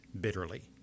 bitterly